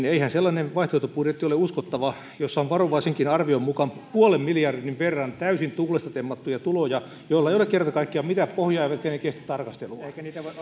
eihän sellainen vaihtoehtobudjetti ole uskottava jossa on varovaisenkin arvion mukaan puolen miljardin verran täysin tuulesta temmattuja tuloja joilla ei ole kerta kaikkiaan mitään pohjaa ja jotka eivät kestä tarkastelua